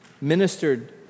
ministered